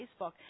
Facebook